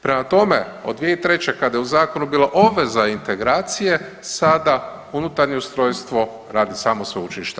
Prema tome, od 2003. kada je u zakonu bila obveza integracije sada unutarnje ustrojstvo radi samo sveučilište.